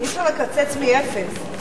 אי-אפשר לקצץ מאפס.